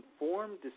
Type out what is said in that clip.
informed